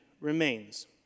remains